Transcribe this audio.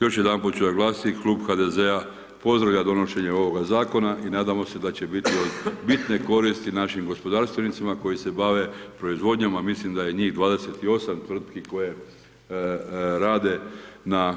Još jedanput su naglasiti Klub HDZ-a pozdravlja donošenje onoga zakona i nadamo se da će biti od bitne koristi našim gospodarstvenicima koji se bave proizvodnjama a mislim da je njih 28 tvrtki koje rade na